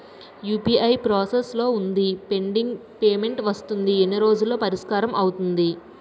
UPI process లో వుంది pending payment వస్తుంది ఎన్ని రోజుల్లో పరిష్కారం అవుతుంది